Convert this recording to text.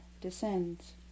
Descends